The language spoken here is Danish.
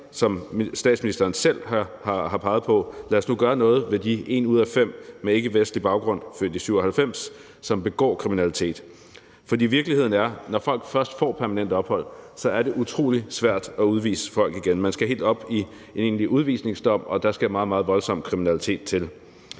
som statsministeren selv har peget på: Lad os nu gøre noget ved de en ud af fem med ikkevestlig baggrund født i 1997, som begår kriminalitet. For virkeligheden er sådan, at når folk først får permanent ophold, er det utrolig svært at udvise dem igen; man skal helt op i en egentlig udvisningsdom, og der skal meget, meget voldsom kriminalitet til.